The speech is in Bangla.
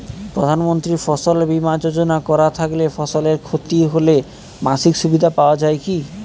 প্রধানমন্ত্রী ফসল বীমা যোজনা করা থাকলে ফসলের ক্ষতি হলে মাসিক সুবিধা পাওয়া য়ায় কি?